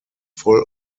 voll